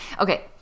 Okay